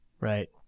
right